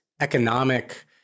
economic